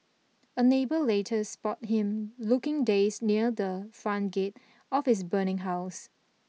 a neighbour later spot him looking dazed near the front gate of his burning house